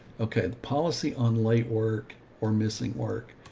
okay, the policy on late work or missing work,